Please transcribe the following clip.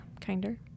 kinder